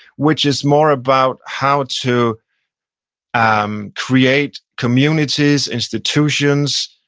which is more about how to um create communities, institutions,